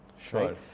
Sure